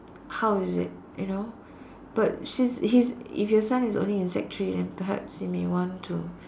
how is it you know but she's he's if your son is only in sec three then perhaps he may want to